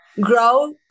grow